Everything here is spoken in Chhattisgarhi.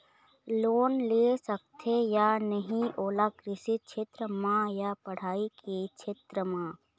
लोन ले सकथे या नहीं ओला कृषि क्षेत्र मा या पढ़ई के क्षेत्र मा?